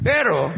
Pero